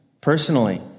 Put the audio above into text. personally